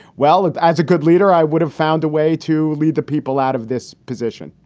well, as a good leader, i would have found a way to lead the people out of this position?